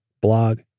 blog